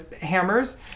hammers